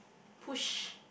push